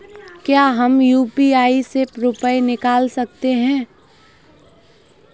क्या हम यू.पी.आई से रुपये निकाल सकते हैं?